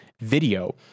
video